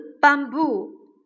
bamboo